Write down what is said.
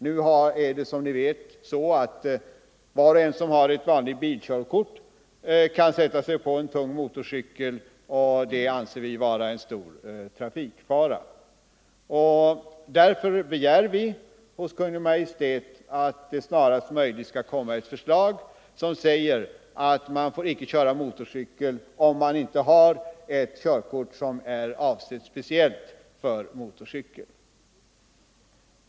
Nu är det, som vi vet, så att var och en som har ett vanligt bilkörkort kan sätta sig på en tung motorcykel, och det anser vi vara en stor trafikfara. Därför begär vi hos Kungl. Maj:t att det snarast möjligt skall komma ett förslag som säger att man inte får köra motorcykel om man inte har ett körkort som är avsett speciellt för detta fordon.